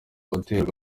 uterwa